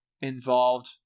involved